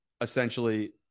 essentially